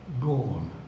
gone